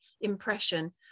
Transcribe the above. impression